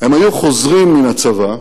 הם היו חוזרים מהצבא,